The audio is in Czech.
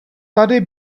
tady